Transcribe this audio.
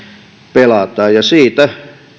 pelataan ja siitä